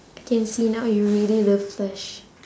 I can see now you really love flash